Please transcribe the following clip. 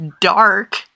dark